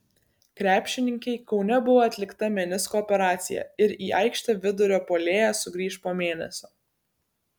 krepšininkei kaune buvo atlikta menisko operacija ir į aikštę vidurio puolėja sugrįš po mėnesio